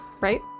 right